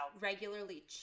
regularly